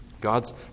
God's